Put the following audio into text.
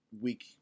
week